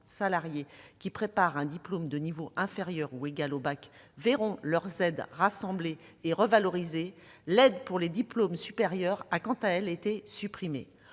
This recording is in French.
salariés préparant à un diplôme de niveau inférieur ou égal au bac verront leurs aides rassemblées et revalorisées, l'aide pour les diplômes supérieurs a pour sa part été supprimée.